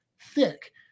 thick